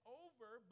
over